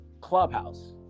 Clubhouse